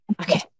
Okay